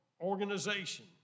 organization